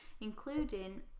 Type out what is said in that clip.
including